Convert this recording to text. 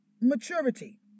maturity